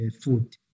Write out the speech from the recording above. food